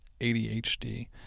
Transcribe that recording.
ADHD